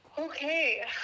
okay